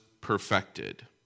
perfected